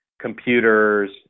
computers